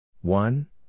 one